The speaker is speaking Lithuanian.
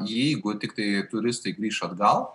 jeigu tiktai turistai grįš atgal